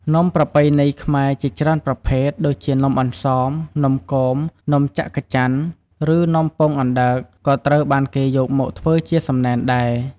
នំប្រពៃណីខ្មែរជាច្រើនប្រភេទ ដូចជានំអន្សម នំគម នំចក្រច័ក្ស ឬ នំពងអណ្តើក ក៏ត្រូវបានគេយកមកធ្វើជាសំណែនដែរ។